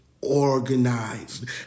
organized